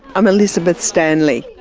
i'm elizabeth stanley.